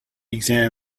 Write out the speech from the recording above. exam